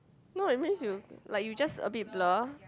no it means you like you just a bit blur